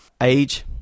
age